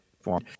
form